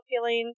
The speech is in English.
feelings